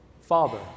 Father